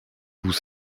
vous